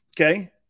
Okay